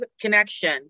connection